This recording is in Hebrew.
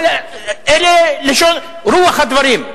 זה רוח הדברים.